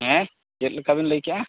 ᱦᱮᱸ ᱪᱮᱫ ᱞᱮᱠᱟ ᱵᱤᱱ ᱞᱟᱹᱭ ᱠᱮᱜᱼᱟ